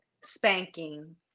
Spanking